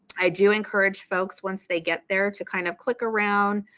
i do encourage folks once they get there to kind of click around,